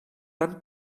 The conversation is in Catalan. tant